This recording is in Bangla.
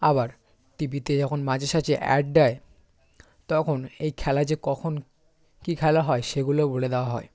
আবার টি ভিতে যখন মাঝে সাঝে অ্যাড দেয় তখন এই খেলা যে কখন কী খেলা হয় সেগুলো বলে দেওয়া হয়